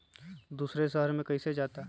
दूसरे शहर मे कैसे जाता?